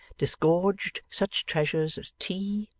disgorged such treasures as tea,